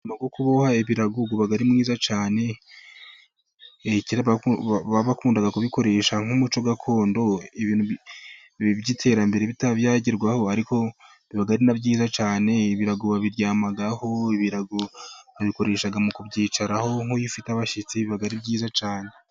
Umwuga wo kuboha ibirago uba ari mwiza cyane, bakunda kubikoresha nk'umuco gakondo, ibintu by'iterambere itaragerwaho, ariko biba ari na byiza cyane babiryamaho bikoresha mu kubyicaraho nk'iyo ufite abashyitsi biba ari byiza cyane.